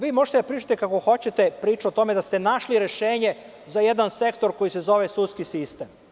Vi možete da pričate kako hoćete priču o tome da ste našli rešenje za jedan sektor koji se zove sudski sistem.